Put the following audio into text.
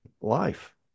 life